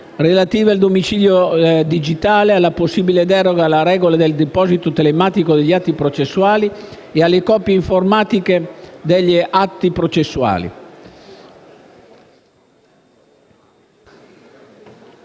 relative al domicilio digitale, alla possibile deroga alla regola del deposito telematico degli atti processuali e alla copie informatiche degli atti processuali.